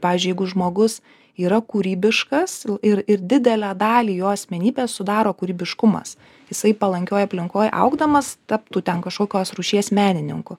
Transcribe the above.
pavyzdžiui jeigu žmogus yra kūrybiškas ir ir didelę dalį jo asmenybės sudaro kūrybiškumas jisai palankioj aplinkoj augdamas taptų ten kažkokios rūšies menininku